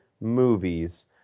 movies